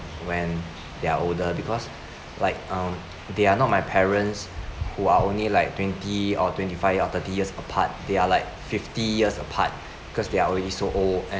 when they're older because like um they are not my parents who are only like twenty or twenty five or thirty years apart they are like fifty years apart because they are already so old